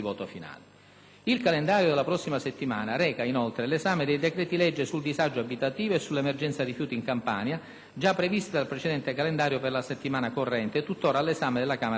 Il calendario della prossima settimana reca inoltre l'esame dei decreti-legge sul disagio abitativo e sull'emergenza rifiuti in Campania, già previsti dal precedente calendario per la settimana corrente e tuttora all'esame della Camera dei deputati.